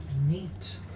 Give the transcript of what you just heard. Neat